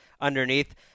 underneath